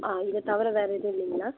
ஆ இதை தவிர வேறு எதுவும் இல்லைங்களா